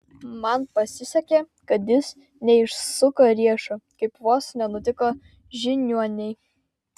man pasisekė kad jis neišsuko riešo kaip vos nenutiko žiniuonei